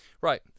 right